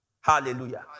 Hallelujah